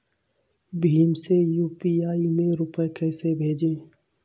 भीम से यू.पी.आई में रूपए कैसे भेजें?